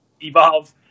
Evolve